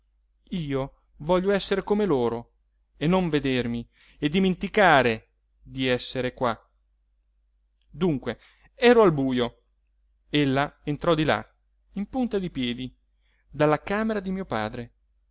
io voglio essere come loro e non vedermi e dimenticare di esser qua dunque ero al bujo ella entrò di là in punta di piedi dalla camera di mio padre